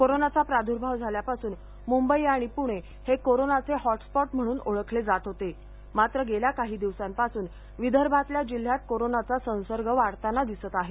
कोरोनाचा प्रादुर्भाव झाल्यापासून मुंबई आणि पुणे हे कोरोनाचे हॉटस्पॉट म्हणून ओळखले जात होते मात्र गेल्या काही दिवसांपासून विदर्भातल्या जिल्ह्यात कोरोनाचा संसर्ग वाढताना दिसत आहे